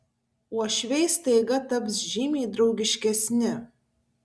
uošviai staiga taps žymiai draugiškesni